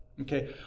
Okay